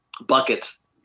buckets